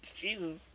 Jesus